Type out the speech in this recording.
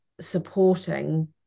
supporting